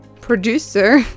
producer